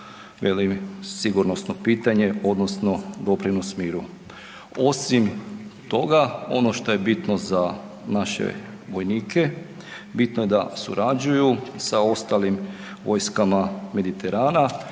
velim sigurnosno pitanje odnosno doprinos miru. Osim toga, ono što je bitno za naše vojnike bitno je da surađuju sa ostalim vojskama Mediterana.